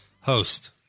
host